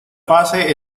fase